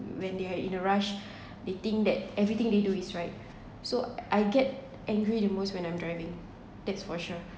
when they are in a rush they think that everything they do is right so I get angry the most when I'm driving that's for sure